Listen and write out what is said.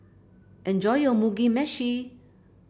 enjoy your Mugi Meshi